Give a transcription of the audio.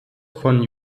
von